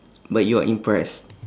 but you are impressed